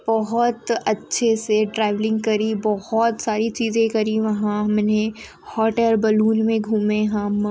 बहुत अच्छे से ट्रैवलिंग करी बहुत सारी चीज़ें करी वहाँ हमने हौट एयर बलून में घूमें हम